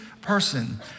person